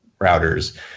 routers